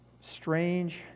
strange